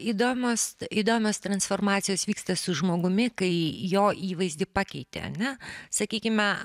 įdomios įdomios transformacijos vyksta su žmogumi kai jo įvaizdį pakeiti ar ne sakykime